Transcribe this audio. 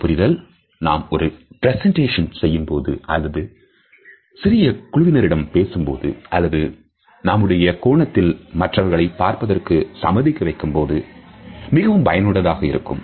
இந்தப் புரிதல் நாம் ஒரு பிரசெண்டேஷன் செய்யும்போதோ அல்லது சிறிய குழுவினரிடம் பேசும்போது அல்லது நம்முடைய கோணத்தில் மற்றவரை பார்ப்பதற்கு சம்மதிக்க வைக்கும் போது மிகவும் பயனுள்ளதாக இருக்கும்